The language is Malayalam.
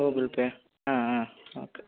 ഗൂഗിൾ പേയോ ആ ആ ഓക്കെ